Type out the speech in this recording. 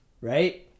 right